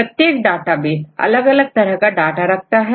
प्रत्येक डाटाबेस अलग अलग तरह का डाटा रखता है